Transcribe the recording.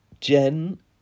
Jen